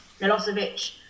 Milosevic